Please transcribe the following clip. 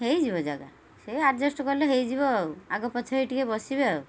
ହେଇଯିବ ଜାଗା ସେଇ ଆଡ଼୍ଜଷ୍ଟ କଲେ ହେଇଯିବ ଆଉ ଆଗ ପଛରେ ଟିକେ ବସିବେ ଆଉ